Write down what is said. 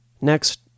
Next